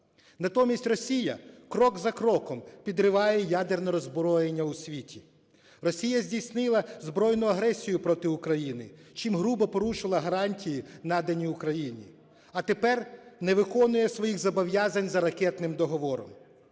Натомість Росія крок за кроком підриває ядерне роззброєння у світі. Росія здійснила збройну агресію проти України, чим грубо порушила гарантії, надані Україні, а тепер не виконує своїх зобов'язань за ракетним договором.